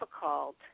difficult